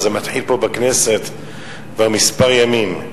אבל זה מתחיל פה בכנסת כבר כמה ימים,